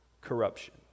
corruption